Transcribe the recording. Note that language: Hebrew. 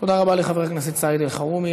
תודה רבה לחבר הכנסת סעיד אלחרומי.